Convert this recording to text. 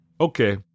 Okay